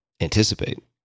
anticipate